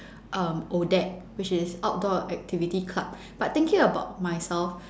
um ODAC which is outdoor activity club but thinking about myself